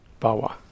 Bawa